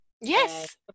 Yes